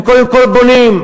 הם קודם כול בונים,